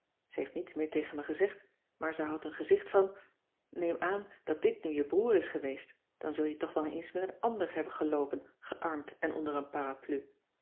ze heeft niets meer tegen me gezegd maar ze houdt een gezicht van neem aan dat dit nu je broer is geweest dan zul je toch wel eens met een ander hebben geloopen gearmd en onder een parapluie